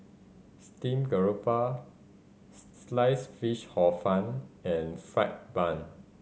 steamed garoupa Sliced Fish Hor Fun and fried bun